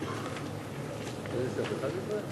של ניקוד מסוכנות לעניין נהגים מקצועיים),